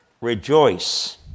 Rejoice